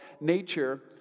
nature